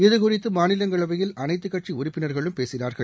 இதுகுறித்து மாநிலங்களவையில் அனைத்து கட்சி உறுப்பினர்களும் பேசினார்கள்